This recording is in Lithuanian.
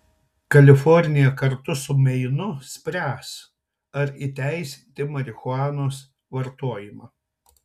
kalifornija kartu su meinu spręs ar įteisinti marihuanos vartojimą